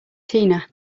tina